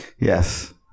Yes